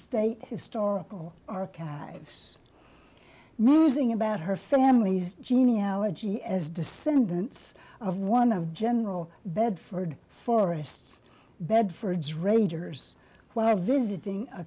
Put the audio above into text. state historical archives musing about her family's genealogy as descendants of one of general bedford forests bedford's rangers while visiting a